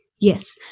yes